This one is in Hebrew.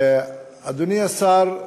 אדוני השר,